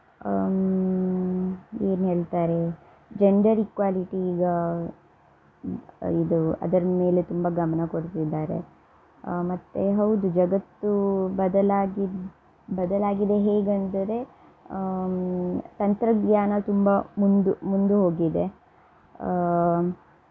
ಏನು ಹೇಳ್ತಾರೆ gender equality ಈಗ ಇದು ಅದರ ಮೇಲೆ ತುಂಬ ಗಮನ ಕೊಡ್ತಿದ್ದಾರೆ ಮತ್ತು ಹೌದು ಜಗತ್ತು ಬದಲಾಗಿ ಬದಲಾಗಿದೆ ಹೇಗಂದರೆ ತಂತ್ರಜ್ಞಾನ ತುಂಬ ಮುಂದು ಮುಂದು ಹೋಗಿದೆ